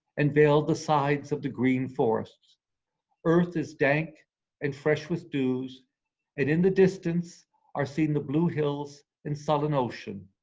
and veil the sides of the green forests earth is dank and fresh with dews and in the distance are seen the blue hills and sullen ocean.